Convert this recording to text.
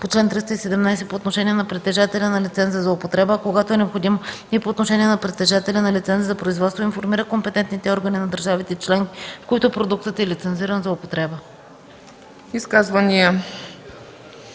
по чл. 317 по отношение на притежателя на лиценза за употреба, а когато е необходимо и по отношение на притежателя на лиценза за производство, и информира компетентните органи на държавите членки, в които продуктът е лицензиран за употреба.”